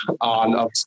on